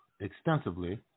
extensively